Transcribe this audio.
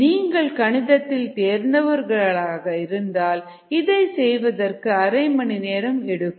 நீங்கள் கணிதத்தில் தேர்ந்தவர்களாக இருந்தால் இதை செய்வதற்கு அரை மணி நேரம் எடுக்கும்